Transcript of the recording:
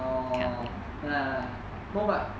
orh ya ya ya no but